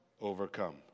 overcome